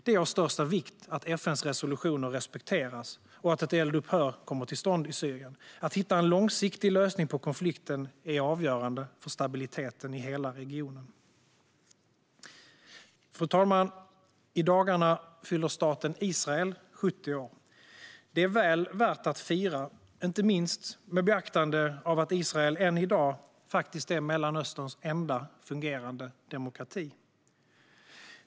Det är av största vikt att FN:s resolutioner respekteras och att ett eldupphör kommer till stånd i Syrien. Att hitta en långsiktig lösning på konflikten är avgörande för stabiliteten i hela regionen. Fru talman! I dagarna fyller staten Israel 70 år. Det är väl värt att fira, inte minst med beaktande av att Israel än i dag faktiskt är Mellanösterns enda fungerande demokrati.